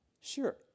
Sure